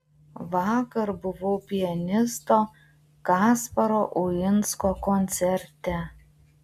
vakar buvau pianisto kasparo uinsko koncerte